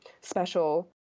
special